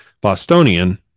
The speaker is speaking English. Bostonian